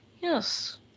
Yes